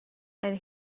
and